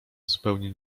zupełnie